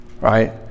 right